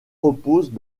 reposent